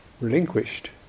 relinquished